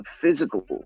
Physical